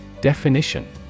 Definition